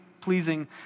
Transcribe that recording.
pleasing